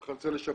אני רוצה לשבח.